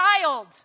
child